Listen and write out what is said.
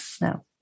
no